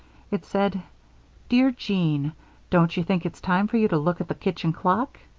it said dear jean don't you think it's time for you to look at the kitchen clock?